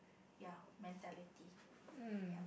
ya mentality yup